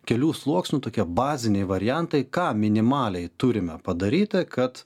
kelių sluoksnių tokie baziniai variantai ką minimaliai turime padaryti kad